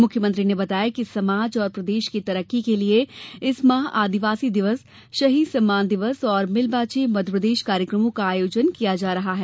मुख्यमंत्री ने बताया कि समाज और प्रदेश की तरक्की के लिये इस माह आदिवासी दिवस शहीद सम्मान दिवस और मिल बाँचे मध्यप्रदेश कार्यक्रमों का आयोजन किया जा रहा है